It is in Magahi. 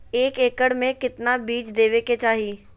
एक एकड़ मे केतना बीज देवे के चाहि?